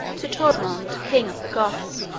to torismond, king of the goths.